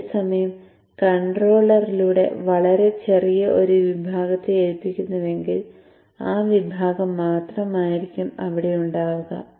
അതേസമയം കൺട്രോളറിലൂടെ വളരെ ചെറിയ ഒരു വിഭാഗത്തെ ഏൽപ്പിക്കുന്നുവെങ്കിൽ ആ വിഭാഗം മാത്രമായിരിക്കും അവിടെ ഉണ്ടാവുക